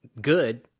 good